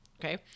okay